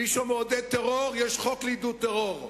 מי שמעודד טרור, יש חוק על עידוד טרור,